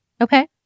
Okay